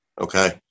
okay